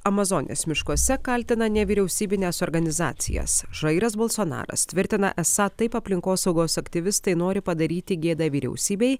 amazonės miškuose kaltina nevyriausybines organizacijas žairas bolsonaras tvirtina esą taip aplinkosaugos aktyvistai nori padaryti gėdą vyriausybei